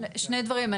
שני דברים.